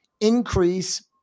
increase